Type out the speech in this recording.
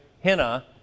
henna